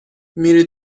میری